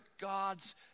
God's